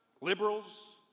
liberals